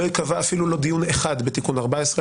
לא ייקבע אפילו לא דיון אחד בתיקון 14,